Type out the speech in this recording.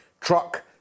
truck